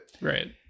Right